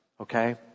Okay